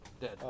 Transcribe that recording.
dead